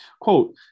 Quote